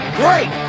great